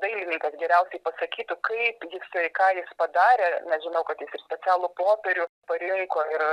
dailininkas geriausiai pasakytų kaip jisai ką jis padarė nes žinau kad jis specialų popierių parinko ir